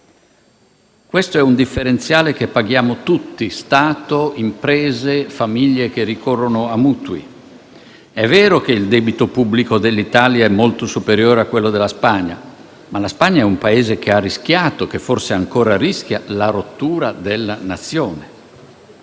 Questo è un differenziale che paghiamo tutti: Stato, imprese e famiglie che ricorrono a mutui. È vero che il debito pubblico dell'Italia è molto superiore a quello della Spagna, ma la Spagna è un Paese che ha rischiato - e forse rischia ancora - la rottura della Nazione.